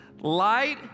Light